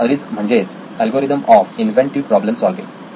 अरीझ म्हणजेच algorithm of inventive problem solving